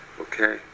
Okay